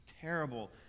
terrible